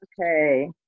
Okay